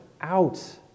out